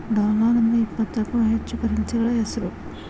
dollar ಅಂದ್ರ ಇಪ್ಪತ್ತಕ್ಕೂ ಹೆಚ್ಚ ಕರೆನ್ಸಿಗಳ ಹೆಸ್ರು